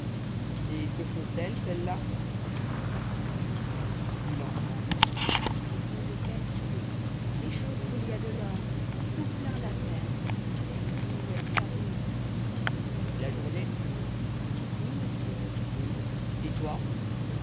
et que font-elles celles-là oh dit l'enfant elles ont de belles poupées des choses où il y a de l'or tout plein d'affaires elles jouent elles s'amusent toute la journée oui monsieur et toi